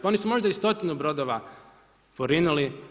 Pa oni su možda i stotinu brodova porinuli.